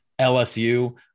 LSU